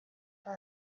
for